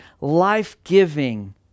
life-giving